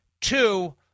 Two